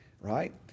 Right